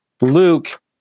Luke